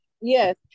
yes